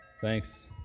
Thanks